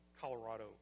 Colorado